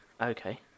Okay